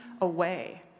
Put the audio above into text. away